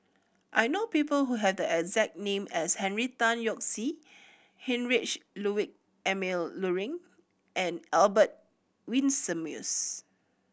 I know people who have the exact name as Henry Tan Yoke See Heinrich Ludwig Emil Luering and Albert Winsemius